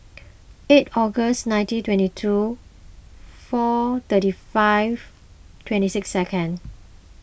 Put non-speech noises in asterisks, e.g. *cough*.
*noise* eight Octs ninteen twenty two four thirty five twenty six second